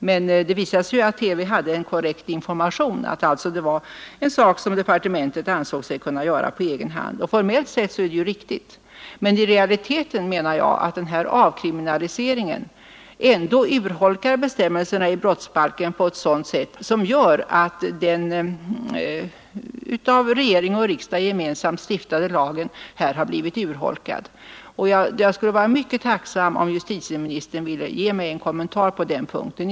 Men det visade sig att TV hade korrekt information, att det alltså var en sak som departementet ansåg sig kunna göra på egen hand — och formellt sett är det ju riktigt. Jag menar emellertid att den här avkriminaliseringen i realiteten mildrar bestämmelserna i brottsbalken på ett sätt som gör att den av regering och riksdag gemensamt stiftade lagen här har blivit urholkad. Därför skulle jag vara mycket tacksam om justitieministern ville ge en kommentar på den punkten.